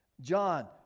John